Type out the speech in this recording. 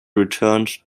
returned